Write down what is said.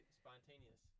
spontaneous